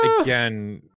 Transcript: Again